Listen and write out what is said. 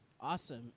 Awesome